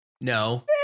no